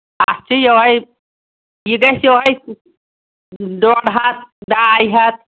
اَکھ چھِ یہوٚے یہِ گژھِ یِہوٚے ڈۄڈ ہَتھ ڈاے ہَتھ